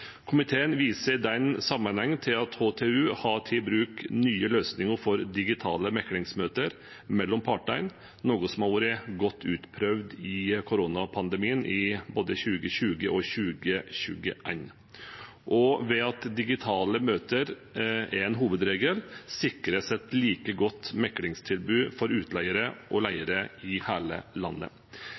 Komiteen viser i den sammenheng til at HTU har tatt i bruk nye løsninger for digitale meglingsmøter mellom partene, noe som har blitt godt utprøvd i koronapandemien i både 2020 og 2021. Ved at digitale møter er en hovedregel, sikres et like godt meglingstilbud for utleiere og leiere i hele landet.